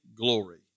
glory